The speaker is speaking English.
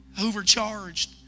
Overcharged